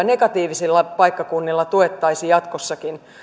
negatiivisen rakennemuutoksen alueilla paikkakuntia tuettaisi jatkossakin